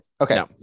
Okay